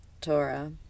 Torah